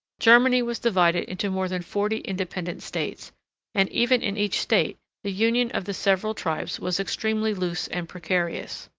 germany was divided into more than forty independent states and, even in each state, the union of the several tribes was extremely loose and precarious.